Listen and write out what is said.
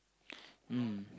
mm